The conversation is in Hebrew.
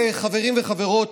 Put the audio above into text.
חברים וחברות,